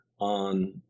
on